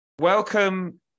Welcome